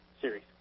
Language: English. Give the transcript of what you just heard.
series